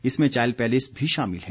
इसमें चायल पैलेस भी शामिल है